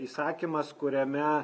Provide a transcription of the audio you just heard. įsakymas kuriame